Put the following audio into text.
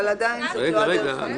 אבל עדיין זאת לא הדרך המקובלת.